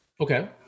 Okay